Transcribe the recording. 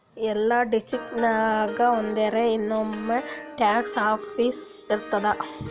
ಎಲ್ಲಾ ಡಿಸ್ಟ್ರಿಕ್ಟ್ ನಾಗ್ ಒಂದರೆ ಇನ್ಕಮ್ ಟ್ಯಾಕ್ಸ್ ಆಫೀಸ್ ಇರ್ತುದ್